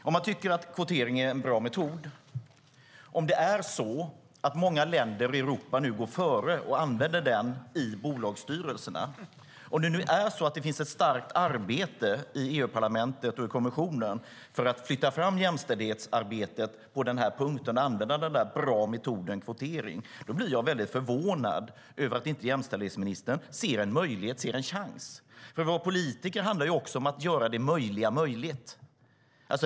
Om man tycker att kvotering är en bra metod, om många länder i Europa nu går före och använder den i bolagsstyrelserna, om det finns ett starkt arbete i EU-parlamentet och kommissionen för att flytta fram jämställdhetsarbetet på den punkten och använda den bra metoden kvotering blir jag väldigt förvånad över att inte jämställdhetsministern ser en möjlighet och en chans. Att vara politiker handlar också om att göra det möjliga möjligt.